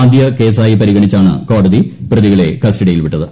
ആദ്യ കേസായി പരിഗണിച്ചാണ് കോടതി പ്രതികളെ കസ്റ്റഡിയിൽ വിട്ടത്